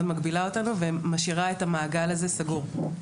מגבילה אותנו ומשאירה את המעגל הזה סגור.